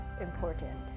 important